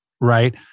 right